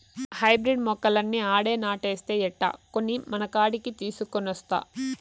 hybrid మొక్కలన్నీ ఆడే నాటేస్తే ఎట్టా, కొన్ని మనకాడికి తీసికొనొస్తా